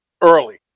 early